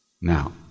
Now